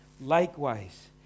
Likewise